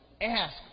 ask